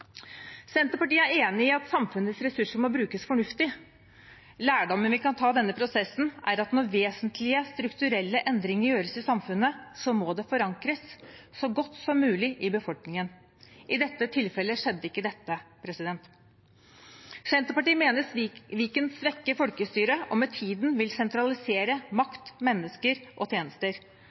Senterpartiet er enig i at samfunnets ressurser må brukes fornuftig. Lærdommen vi kan ta av denne prosessen, er at når vesentlige strukturelle endringer gjøres i samfunnet, må det forankres så godt som mulig i befolkningen. I dette tilfellet skjedde ikke det. Senterpartiet mener Viken svekker folkestyret og med tiden vil sentralisere makt, mennesker og tjenester.